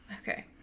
Okay